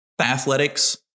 Athletics